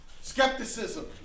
Skepticism